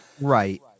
Right